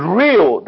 real